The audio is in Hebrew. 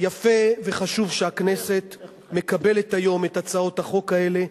יפה וחשוב שהכנסת מקבלת היום את הצעות החוק האלה.